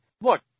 Look